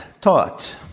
taught